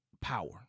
power